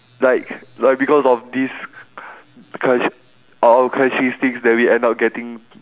like like because of these charac~ our characteristics that we end up getting